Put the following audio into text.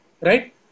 right